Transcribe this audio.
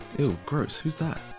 eww gross, who's that?